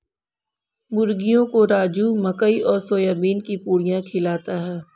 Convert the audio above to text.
मुर्गियों को राजू मकई और सोयाबीन की पुड़िया खिलाता है